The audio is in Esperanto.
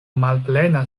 malplena